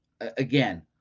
again